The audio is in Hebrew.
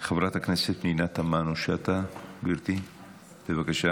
חברת הכנסת פנינה תמנו שטה, גברתי, בבקשה.